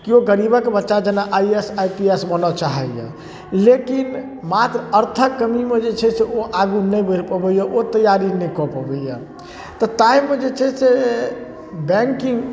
केओ गरीबके बच्चा जेना I A S I P S बनऽ चाहैए लेकिन मात्र अर्थके कमीमे जे छै से ओ आगू नहि बढ़ि पबैए ओ तैआरी नहि कऽ पबैए तऽ ताहिमे जे छै से बैँकिङ्ग